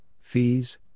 fees